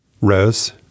Rose